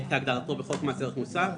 כהגדרתו בחוק מס ערך מוסף,